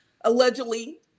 allegedly